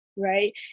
right